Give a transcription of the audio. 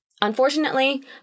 Unfortunately